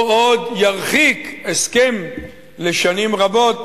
הוא עוד ירחיק הסכם לשנים רבות,